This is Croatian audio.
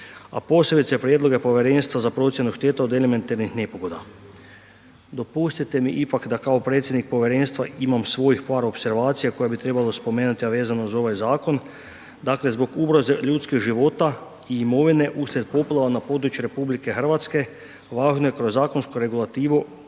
a posebice prijedloge Povjerenstva za procjenu šteta od elementarnih nepogoda. Dopustite mi ipak da kao predsjednik povjerenstva imam svojih par opservacija koje bi trebalo spomenuti a vezano za ovaj zakona, dakle zbog ugroze ljudskih života i imovine uslijed poplava na području RH, važno je kroz zakonsku regulativu